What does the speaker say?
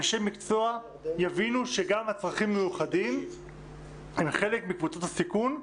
אנשי מקצוע יבינו שגם הצרכים המיוחדים הם חלק מקבוצות הסיכון,